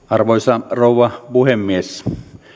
arvoisa rouva puhemies